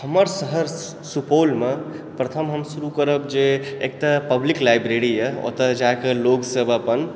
हमर शहर सुपौलमे प्रथम हम शुरू करब जे एकटा पब्लिक लाइब्रेरी यऽ ओतऽ जाके लोग सब अपन